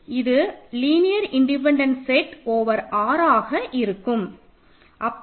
இது linear independent set over R ஆக இருக்கும்